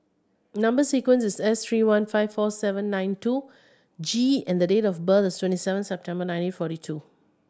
number sequence is S three one five four seven nine two G and the date of birth is twenty seven September nineteen forty four